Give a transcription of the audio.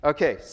Okay